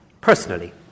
personally